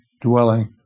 dwelling